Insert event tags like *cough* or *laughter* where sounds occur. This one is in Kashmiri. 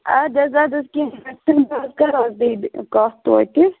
اَدٕ حظ اَدٕ حظ کیٚنٛہہ *unintelligible* بہٕ حظ کَرو حظ بیٚیہِ کَتھ توتہِ